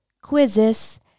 quizzes